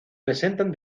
presentan